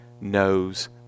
knows